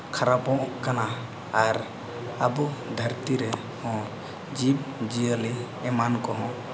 ᱠᱷᱟᱨᱟᱯᱚᱜ ᱠᱟᱱᱟ ᱟᱨ ᱟᱵᱚ ᱫᱷᱟᱹᱨᱛᱤ ᱨᱮ ᱦᱚᱸ ᱡᱤᱵᱽ ᱡᱤᱭᱟᱹᱞᱤ ᱮᱢᱟᱱ ᱠᱚᱦᱚᱸ